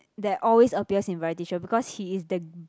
that always appears in variety show because he is the g~